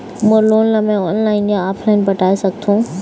मोर loan ला मैं online या ऑफलाइन पटाए सकथों?